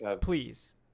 please